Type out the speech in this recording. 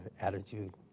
attitude